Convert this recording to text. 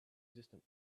distant